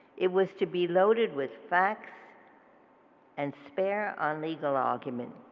it was to be loaded with facts and spare on legal arguments.